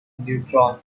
neutron